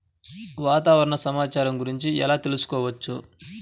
వాతావరణ సమాచారం గురించి ఎలా తెలుసుకోవచ్చు?